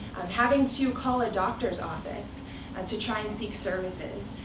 having to call a doctor's office and to try and seek services.